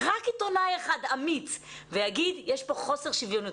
רק עיתונאי אחד אמיץ ויגיד, יש פה חוסר שוויוניות.